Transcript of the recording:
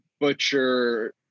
Butcher